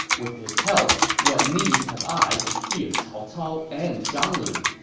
with his help, what need have i to fear cao cao and zhang lu?